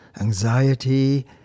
anxiety